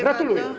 Gratuluję.